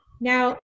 now